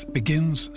begins